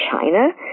China